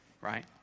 right